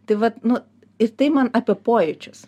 tai vat nu ir tai man apie pojūčius